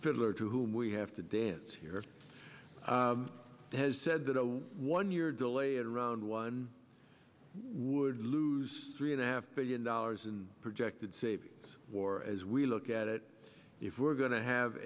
fiddler to whom we have to dance here has said that one year delay in round one would lose three and a half billion dollars in projected savings war as we look at it if we're going to have